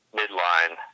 midline